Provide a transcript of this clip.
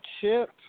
Chip